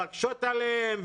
להקשות עליהם,